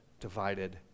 Divided